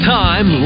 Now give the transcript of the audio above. time